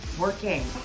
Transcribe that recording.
working